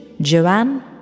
Joanne